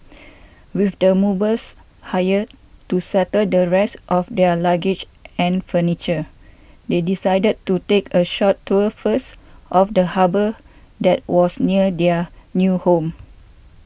with the movers hired to settle the rest of their luggage and furniture they decided to take a short tour first of the harbour that was near their new home